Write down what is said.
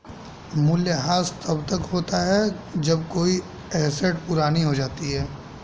मूल्यह्रास तब होता है जब कोई एसेट पुरानी हो जाती है